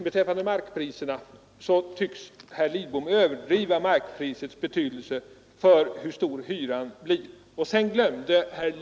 Beträffande markpriserna vill jag säga att herr Lidbom tycks överdriva markprisets betydelse för hur stor hyran blir.